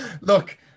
Look